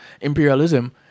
imperialism